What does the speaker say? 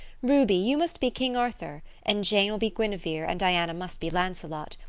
ruby, you must be king arthur and jane will be guinevere and diana must be lancelot.